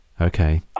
okay